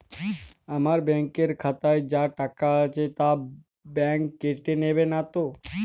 আমার ব্যাঙ্ক এর খাতায় যা টাকা আছে তা বাংক কেটে নেবে নাতো?